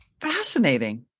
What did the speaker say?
Fascinating